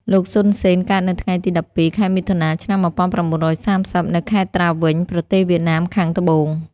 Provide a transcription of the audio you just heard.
លោកសុន សេន កើតនៅថ្ងៃទី១២ ខែ មិថុនា ឆ្នាំ១៩៣០ នៅខេត្តត្រាវិញ ប្រទេសវៀតណាមខាងត្បូង។